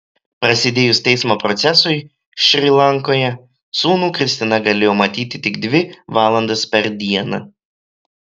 prasidėjus teismo procesui šri lankoje sūnų kristina galėjo matyti tik dvi valandas per dieną